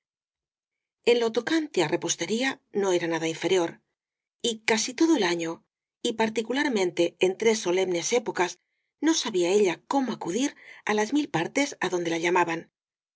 en lo tocante á respostería no era nada inferior y casi todo el año y particularmente en tres solem nes épocas no sabía ella cómo acudir á las mil par tes á donde la llamaban